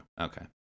okay